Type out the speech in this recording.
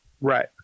right